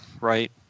right